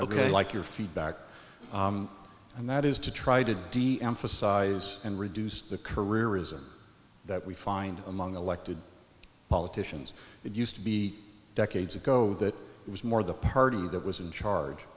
look like your feedback and that is to try to deemphasize and reduce the career isn't that we find among elected politicians it used to be decades ago that it was more the party that was in charge